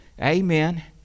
Amen